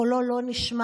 קולו לא נשמע.